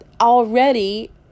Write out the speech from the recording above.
Already